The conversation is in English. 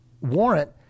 warrant